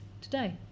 today